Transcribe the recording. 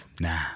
nah